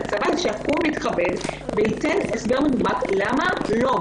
שהצבא יתכבד וייתן הסבר מנומק למה לא,